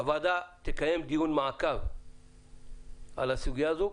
הוועדה תקיים דיון מעקב על הסוגייה הזו.